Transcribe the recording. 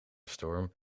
storm